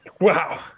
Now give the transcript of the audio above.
Wow